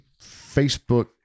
Facebook